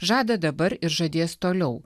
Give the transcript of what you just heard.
žada dabar ir žadėjo toliau